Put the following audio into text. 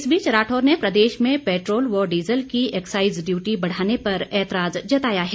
इस बीच राठौर ने प्रदेश में पैट्रोल व डीजल की एक्साईज ड्यूटी बढ़ाने पर एतराज जताया है